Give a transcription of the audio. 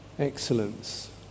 excellence